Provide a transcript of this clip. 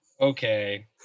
Okay